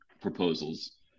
proposals